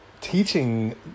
teaching